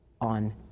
on